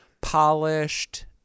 polished